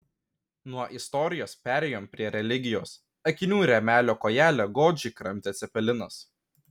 nuo istorijos perėjom prie religijos akinių rėmelio kojelę godžiai kramtė cepelinas